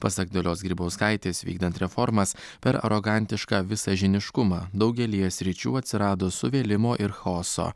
pasak dalios grybauskaitės vykdant reformas per arogantišką visažiniškumą daugelyje sričių atsirado suvėlimo ir chaoso